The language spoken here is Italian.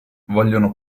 vogliono